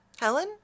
Helen